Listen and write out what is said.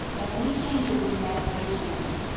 only changes and decorations.